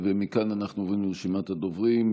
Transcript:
מכאן אנחנו עוברים לרשימת הדוברים.